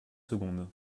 secondes